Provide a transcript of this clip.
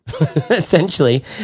essentially